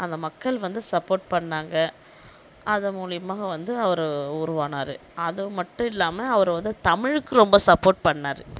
அந்த மக்கள் வந்து சப்போர்ட் பண்ணிணாங்க அதன் மூலயமா வந்து அவர் உருவாகினாரு அது மட்டும் இல்லாமல் அவர் வந்து தமிழுக்கு ரொம்ப சப்போர்ட் பண்ணிணாரு